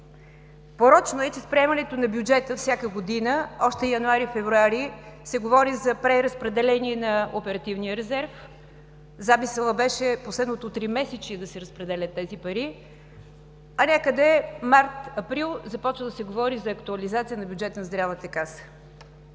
Порочно е, че с приемането на бюджета всяка година, още януари и февруари, се говори за преразпределение на оперативния резерв. Замисълът беше последното тримесечие да се разпределят тези пари, а някъде още през март и април започва да се говори за актуализация на бюджета на Здравната каса.